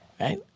Right